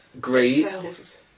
great